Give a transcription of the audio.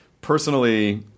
personally